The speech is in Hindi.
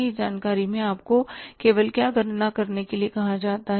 इस जानकारी से आपको केवल क्या गणना करने के लिए कहा जाता है